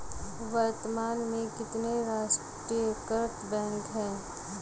वर्तमान में कितने राष्ट्रीयकृत बैंक है?